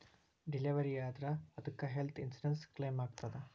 Delivery ಆದ್ರ ಅದಕ್ಕ health insurance ಕ್ಲೇಮಾಗ್ತದ?